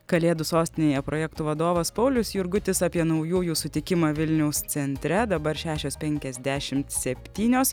kalėdų sostinėje projektų vadovas paulius jurgutis apie naujųjų sutikimą vilniaus centre dabar šešios penkiasdešimt septynios